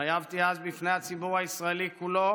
התחייבתי אז בפני הציבור הישראלי כולו